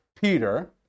Peter